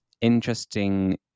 interesting